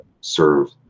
serve